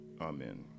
amen